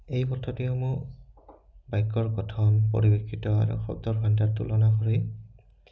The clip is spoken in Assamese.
এই পদ্ধতিসমূহ বাক্যৰ গঠন পৰিপ্ৰেক্ষিত আৰু শব্দৰ ভণ্ডাৰ তুলনা কৰি